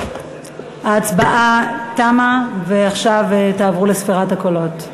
ההצבעה תמה, ועכשיו תעברו לספירת הקולות.